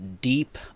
deep